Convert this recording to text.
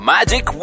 Magic